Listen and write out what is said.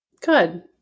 Good